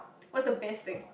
what's the best thing